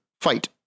fight